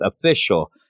official